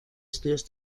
estudios